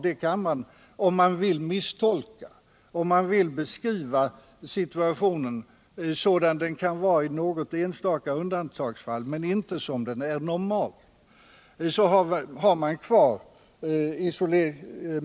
Detta kan man misstolka om man vill beskriva situationen sådan den kan vara i något enstaka undantagsfall men inte som den är normalt.